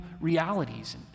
realities